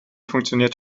funktioniert